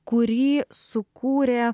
kurį sukūrė